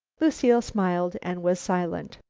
lucile smiled and was silent.